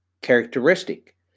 characteristic